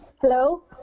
Hello